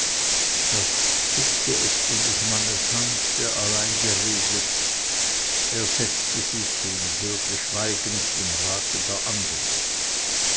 da zuckte es in des mannes hand der allein geredet er setzte sich und hörte schweigend dem rate der andern